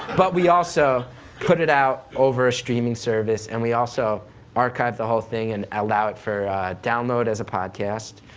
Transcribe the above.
but we also put it out over a streaming service, and we also archive the whole thing and allow it for download as a podcast.